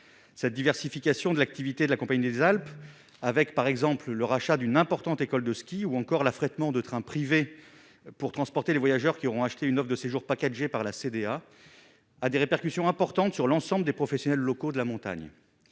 cette diversification de l'activité de la Compagnie des Alpes, avec par exemple le rachat d'une importante école de ski ou encore l'affrètement de trains privés pour transporter les voyageurs qui auront acheté une de séjour pas caché par la CDA a des répercussions importantes sur l'ensemble des professionnels locaux de la montagne,